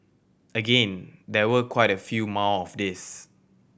again there were quite a few more of these